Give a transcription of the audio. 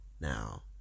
Now